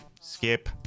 Skip